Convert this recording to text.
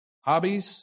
hobbies